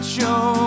show